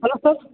hello sir